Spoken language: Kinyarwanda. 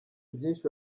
byinshi